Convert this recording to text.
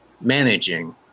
managing